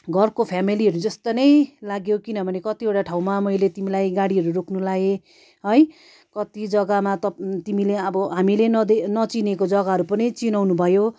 घरको फेमेलीहरू जस्तो नै लाग्यो किनभने कतिवटा ठाउँमा मैले तिमीलाई गाडीहरू रोक्नु लगाए है कति जग्गामा तप तिमीले अब हामीले नदे नचिनेको जग्गाहरू पनि चिनाउनु भयो